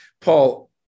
Paul